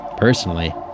Personally